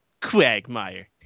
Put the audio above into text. Quagmire